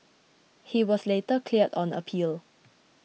he was later cleared on appeal